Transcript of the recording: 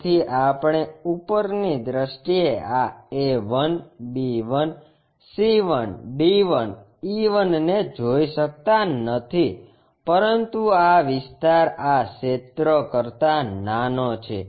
તેથી આપણે ઉપરની દૃષ્ટિએ આ A 1 B 1 C 1 D 1 E 1 ને જોઈ શકતા નથી પરંતુ આ વિસ્તાર આ ક્ષેત્ર કરતા નાનો છે